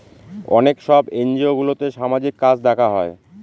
অনেক সব এনজিওগুলোতে সামাজিক কাজ দেখা হয়